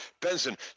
Benson